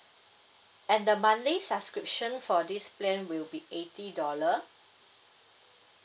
and the monthly subscription for this plan will be eighty dollar